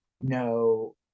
no